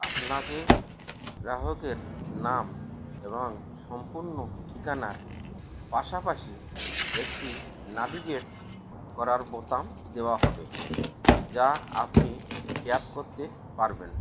আপনাকে গ্রাহকের নাম এবং সম্পূর্ণ ঠিকানার পাশাপাশি একটি নেভিগেট করার বোতাম দেওয়া হবে যা আপনি ট্যাপ করে পারবেন